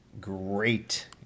great